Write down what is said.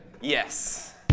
Yes